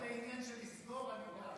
אם זה בעניין של לסגור, אני בעד.